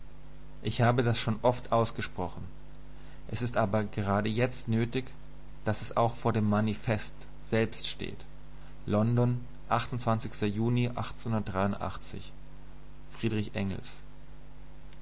ich habe das schon oft ausgesprochen es ist aber gerade jetzt nötig daß es auch vor dem manifest selbst steht london juni f engels